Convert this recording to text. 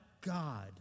God